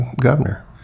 governor